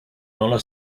nona